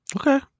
Okay